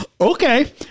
Okay